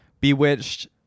bewitched